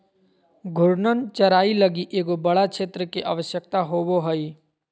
घूर्णन चराई लगी एगो बड़ा क्षेत्र के आवश्यकता होवो हइ